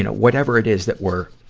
whatever it is that we're,